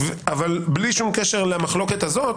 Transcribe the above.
בלי שום קשר למחלוקת הזו,